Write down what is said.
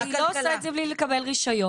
היא לא עושה את זה בלי לקבל רישיון.